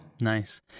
nice